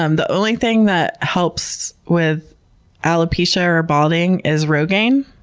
um the only thing that helps with alopecia or balding is rogaine.